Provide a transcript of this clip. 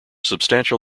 substantial